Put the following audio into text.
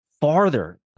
farther